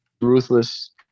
Ruthless